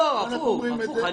להפך.